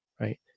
right